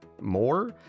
more